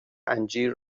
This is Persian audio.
انجیر